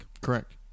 correct